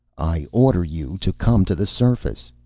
i order you to come to the surface.